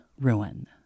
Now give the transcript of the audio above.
Ruin